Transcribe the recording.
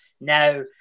now